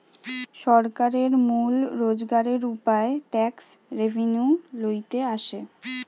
সরকারের মূল রোজগারের উপায় ট্যাক্স রেভেন্যু লইতে আসে